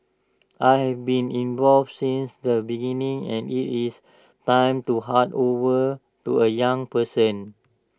I have been involved since the beginning and IT is time to hand over to A young person